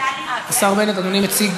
השר בנט, אדוני מציג